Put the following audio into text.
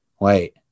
wait